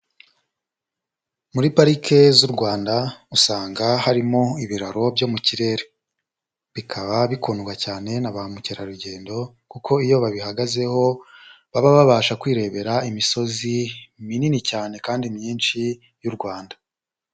Muri parike z'u Rwanda usanga harimo ibiraro byo mu kirere. Bikaba bikundwa cyane na ba mukerarugendo, kuko iyo babihagazeho baba babasha kwibera imisozi minini cyane kandi myinshi y'u Rwanda.